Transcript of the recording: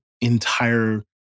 entire